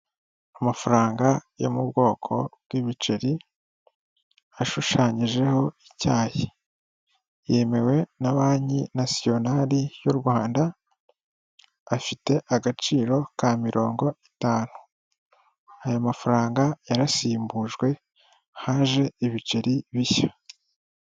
Amafaranga yo mu bwoko bw'ibiceri ashushanyijeho icyayi, yemewe na Banki nasionari y'u Rwanda afite agaciro ka mirongo itanu, aya mafaranga yarasimbujwe haje ibiceri bishya.